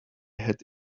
had